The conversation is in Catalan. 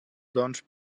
doncs